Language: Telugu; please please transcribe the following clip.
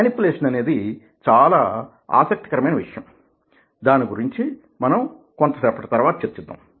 మేనిప్యులేషన్ అనేది చాలా ఆసక్తికరమైన విషయం దాని గురించి మనం కొంతసేపటి తర్వాత చర్చిద్దాం